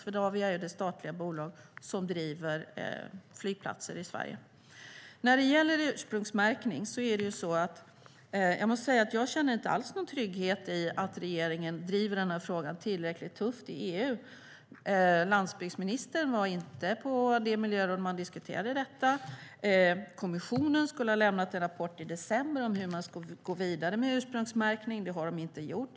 Swedavia är ju det statliga bolag som driver flygplatser i Sverige. När det gäller ursprungsmärkning måste jag säga att jag inte alls känner någon trygghet i att regeringen driver den frågan tillräckligt tufft i EU. Landsbygdsministern var inte på det miljöråd där man diskuterade detta. Kommissionen skulle ha lämnat en rapport i december om hur man skulle gå vidare med ursprungsmärkning, men det har de inte gjort.